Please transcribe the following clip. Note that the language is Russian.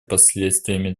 последствиями